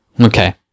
Okay